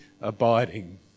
abiding